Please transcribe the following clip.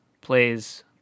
plays